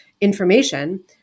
information